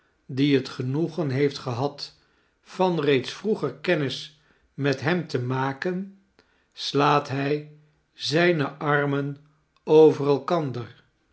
die het genoegen heeft gehad van reeds vroeger kennis met hem te maken slaat hij zijne armen over elkander